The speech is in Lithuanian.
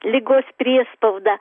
ligos priespaudą